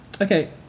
Okay